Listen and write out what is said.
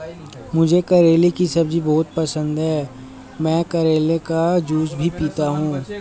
मुझे करेले की सब्जी बहुत पसंद है, मैं करेले का जूस भी पीता हूं